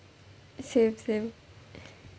same same